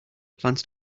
plans